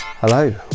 Hello